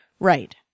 Right